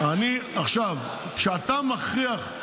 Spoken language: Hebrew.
כשאתה מכריח,